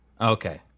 Okay